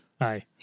Hi